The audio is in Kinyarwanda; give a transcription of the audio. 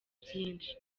byinshi